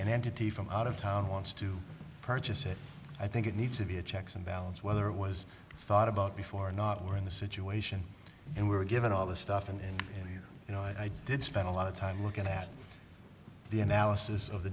an entity from out of town wants to purchase it i think it needs to be a checks and balance whether it was thought about before or not we're in the situation and we were given all this stuff and you know i did spend a lot of time looking at the analysis of the